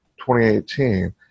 2018